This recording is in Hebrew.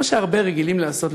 כמו שהרבה רגילים לעשות,